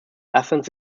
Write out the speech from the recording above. athens